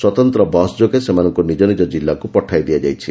ସ୍ୱତନ୍ତ ବସ୍ ଯୋଗେ ସେମାନଙ୍କୁ ନିଜ ନିଜ ଜିଲ୍ଲାକୁ ପଠାଇ ଦିଆଯାଇଛି